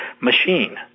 machine